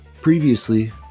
Previously